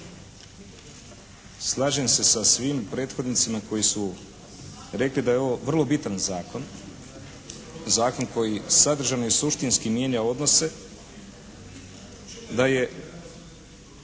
slažem se sa svim prethodnicima koji su rekli da je ovo vrlo bitan zakon, zakon koji sadržajno i suštinski mijenja odnose da je…